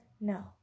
no